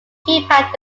keypad